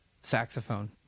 saxophone